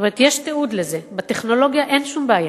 יש תיעוד לזה, בטכנולוגיה אין שום בעיה.